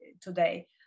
today